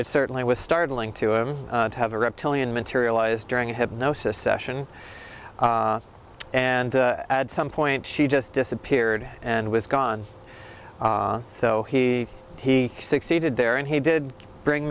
it certainly was startling to him to have a reptilian materialize during hypnosis session and at some point she just disappeared and was gone so he he succeeded there and he did bring